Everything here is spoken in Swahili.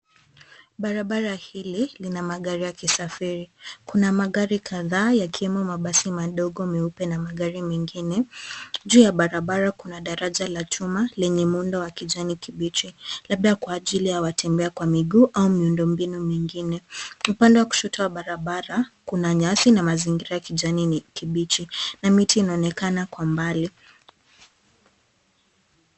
Barabara hili lina magari ya usafiri kuna magari kadhaa yakiwemo Mabasi madogo meupe na magari mingine. Juu ya barabara kuna daraja la chuma lenye muundo wa kijani kibichi labda kwa ajili ya watembeaji miguu au miundo mbinu mengine. Upande wa kushoto wa barabara kuna nyasi na mazingira ya kijani kibichi na Miti inaonekana kwa mbali.